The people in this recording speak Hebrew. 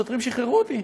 השוטרים שחררו אותי,